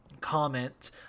comment